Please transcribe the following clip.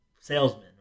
salesman